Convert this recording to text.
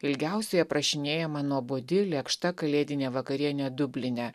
ilgiausiai aprašinėjama nuobodi lėkšta kalėdinė vakarienė dubline